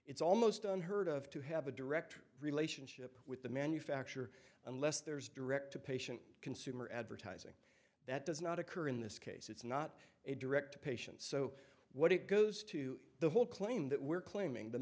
it's almost unheard of to have a direct relationship with the manufacturer unless there's direct to patient consumer advertising that does not occur in this case it's not a direct patient so what it goes to the whole claim that we're claiming the